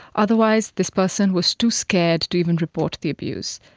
otherwise this person was too scared to even report the abuse.